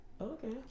Okay